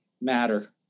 matter